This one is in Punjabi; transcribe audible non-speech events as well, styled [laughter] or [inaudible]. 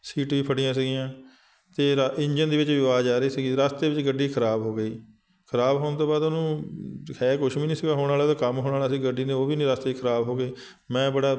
ਸੀਟ ਵੀ ਫਟੀਆ ਸੀਗੀਆਂ ਅਤੇ ਰਾ ਇੰਜਨ ਦੇ ਵਿੱਚ ਆਵਾਜ਼ ਆ ਰਹੀ ਸੀਗੀ ਰਸਤੇ ਵਿੱਚ ਗੱਡੀ ਖਰਾਬ ਹੋ ਗਈ ਖਰਾਬ ਹੋਣ ਤੋਂ ਬਾਅਦ ਉਹਨੂੰ [unintelligible] ਹੈ ਕੁਛ ਵੀ ਨਹੀਂ ਸੀ ਹੋਣ ਵਾਲਾ ਤਾ ਕੰਮ ਹੋਣ ਵਾਲਾ ਸੀ ਗੱਡੀ ਨੇ ਉਹ ਵੀ ਨਹੀਂ ਰਾਸਤੇ 'ਚ ਖਰਾਬ ਹੋ ਗਈ ਮੈਂ ਬੜਾ